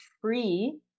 free